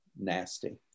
nasty